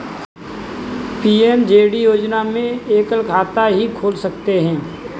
PMJD योजना में एकल खाता ही खोल सकते है